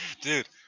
dude